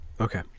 Okay